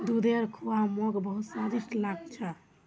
दूधेर खुआ मोक बहुत स्वादिष्ट लाग छ